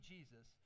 Jesus